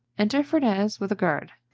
enter ferneze, with a guard.